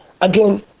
again